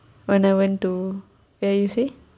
when I went to ya you say